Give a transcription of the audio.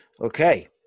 Okay